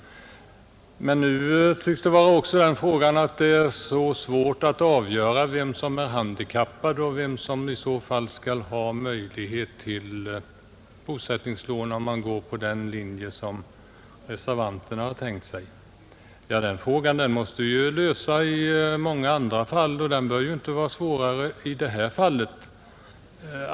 Men nu tycks frågan också vara att det är så svårt att avgöra vem som är handikappad och vem som skall få bosättningslån om man går på den linje som reservanterna har tänkt sig. Den frågan måste vi ju lösa i många andra fall, och den bör inte vara svårare i detta fall.